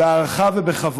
בהערכה ובכבוד: